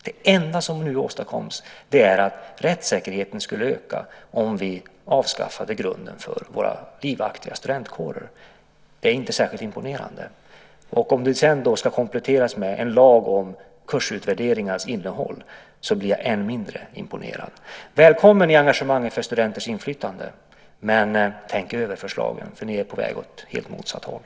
Det enda som nu åstadkoms är att rättssäkerheten skulle öka om vi avskaffade grunden för våra livaktiga studentkårer. Det är inte särskilt imponerande. Om det sedan ska kompletteras med en lag om kursutvärderingars innehåll blir jag än mindre imponerad. Välkommen i engagemanget för studenters inflytande! Men tänk över förslagen, för ni är på väg åt helt motsatt håll.